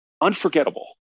unforgettable